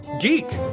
Geek